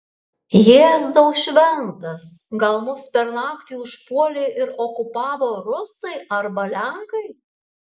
jėzau šventas gal mus per naktį užpuolė ir okupavo rusai arba lenkai